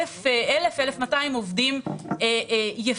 אלף או 1,200 עובדים - יפוטרו.